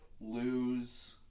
lose